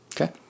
Okay